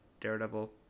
Daredevil